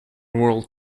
world